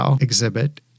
exhibit